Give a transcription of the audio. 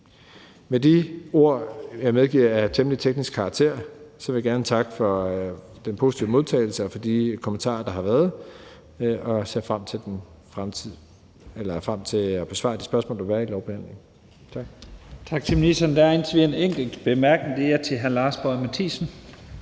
Med de ord, som jeg medgiver er af rimelig teknisk karakter, vil jeg gerne takke for den positive modtagelse og for de kommentarer, der har været, og jeg ser frem til at besvare de spørgsmål, der vil være i lovbehandlingen. Tak.